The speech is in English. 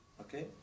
Okay